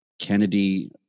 Kennedy